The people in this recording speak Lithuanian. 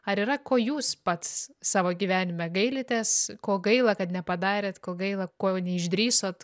ar yra ko jūs pats savo gyvenime gailitės ko gaila kad nepadarėt ko gaila ko neišdrįsot